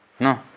No